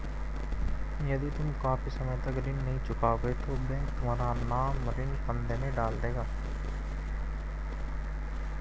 यदि तुम काफी समय तक ऋण नहीं चुकाओगे तो बैंक तुम्हारा नाम ऋण फंदे में डाल देगा